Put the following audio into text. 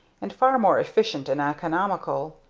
and far more efficient and economical.